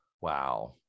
Wow